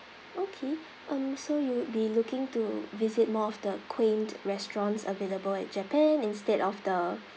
okay um so you would be looking to visit more of the quaint restaurants available at japan instead of the